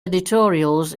editorials